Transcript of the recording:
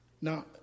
Now